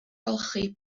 golchi